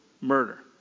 Murder